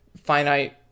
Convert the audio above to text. finite